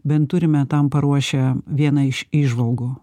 bent turime tam paruošę vieną iš įžvalgų